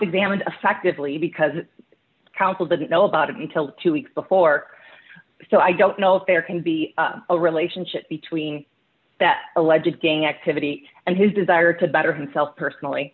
examined affectively because the council didn't know about it until two weeks before so i don't know if there can be a relationship between that alleged gang activity and his desire to better himself personally